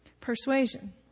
Persuasion